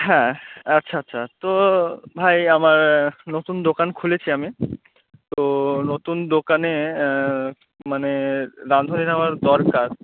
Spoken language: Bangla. হ্যাঁ আচ্ছা আচ্ছা তো ভাই আমার নতুন দোকান খুলেছি আমি তো নতুন দোকানে মানে রাঁধুনির আমার দরকার